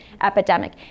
epidemic